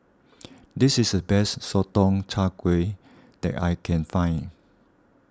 this is the best Sotong Char Kway that I can find